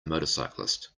motorcyclist